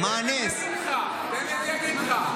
תן לי להגיד לך.